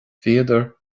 bhíodar